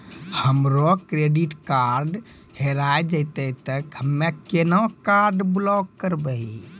हमरो credit card हेरा जेतै ते हम्मय केना कार्ड ब्लॉक करबै?